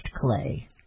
clay